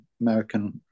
American